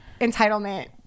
entitlement